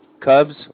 Cubs